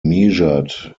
measured